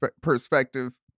perspective